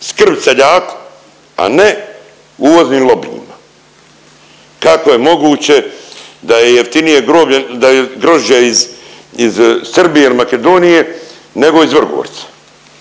skrb seljaku, a ne uvoznim lobijima. Kako je moguće da je jeftinije groblje, da je grožđe iz Srbije il Makedonije nego iz Vrgorca,